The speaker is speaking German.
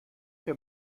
für